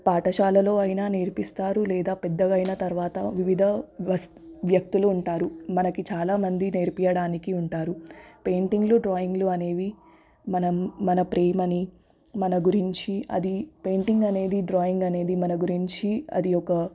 పాఠశాలలో అయినా నేర్పిస్తారు లేదా పెద్దగైన తరువాత వివిధ వస్ వ్యక్తులు ఉంటారు మనకి చాలా మంది నేర్పించడానికి ఉంటారు పెయింటింగులు డ్రాయింగ్లు అనేవి మనం మన ప్రేమని మన గురించి అది పెయింటింగ్ అనేది డ్రాయింగ్ అనేది మన గురించి అది ఒక